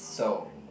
so